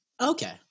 okay